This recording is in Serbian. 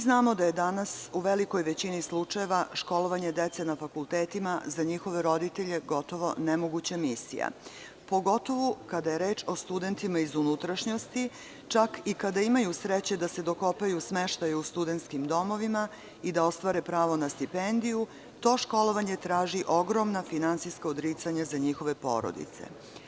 Znamo da je danas u velikoj većini slučajeva školovanje dece na fakultetima za njihove roditelje gotovo nemoguća misija, pogotovo kada je reč o studentima iz unutrašnjosti, čak i kada imaju sreće da se dokopaju smeštaja u studentskim domovima i da ostvare pravo na stipendiju, to školovanje traži ogromna finansijska odricanja za njihove porodice.